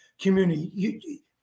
community